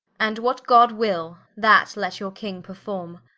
and what god will, that let your king performe.